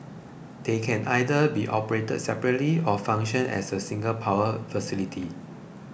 they can either be operated separately or function as a single power facility